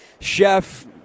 chef